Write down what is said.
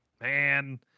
Man